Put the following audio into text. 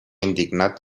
indignat